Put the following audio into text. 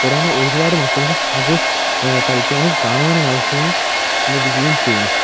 കൂടാണ്ട് ഒരുപാട് മക്കൾക്ക് അത് കളിക്കാനും കാണുവാനുമുള്ള അവസരങ്ങൾ ലഭിക്കുകയും ചെയ്യുന്നു